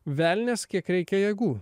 velnias kiek reikia jėgų